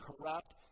corrupt